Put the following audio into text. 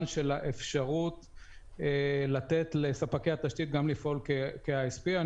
של האפשרות לתת לספקי התשתית גם לפעול כ-ISP.